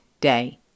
day